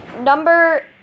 number